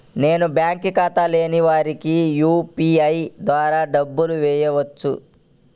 నేను బ్యాంక్ ఖాతా లేని వారికి యూ.పీ.ఐ ద్వారా డబ్బులు వేయచ్చా?